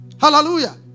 Hallelujah